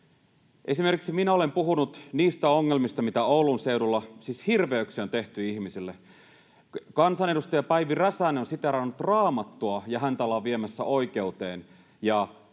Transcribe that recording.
Esimerkiksi minä olen puhunut niistä ongelmista, mitä Oulun seudulla — siis hirveyksiä — on tehty ihmisille. Kansanedustaja Päivi Räsänen on siteerannut Raamattua, ja häntä ollaan viemässä oikeuteen,